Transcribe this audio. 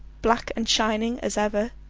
black and shining as ever,